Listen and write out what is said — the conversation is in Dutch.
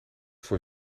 voor